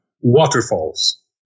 waterfalls